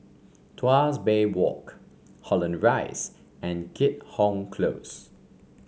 Tuas Bay Walk Holland Rise and Keat Hong Close